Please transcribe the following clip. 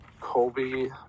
Colby